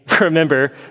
remember